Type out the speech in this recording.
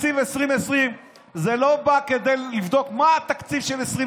תקציב 2020 לא בא כדי לבדוק מה התקציב של 2020,